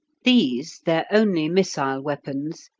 these, their only missile weapons,